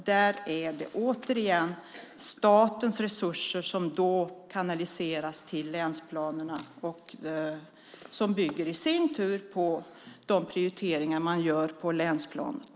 Där kanaliseras återigen statens resurser till länsplanerna, som i sin tur bygger på de prioriteringar som görs på länsnivå.